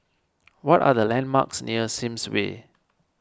what are the landmarks near Sims Way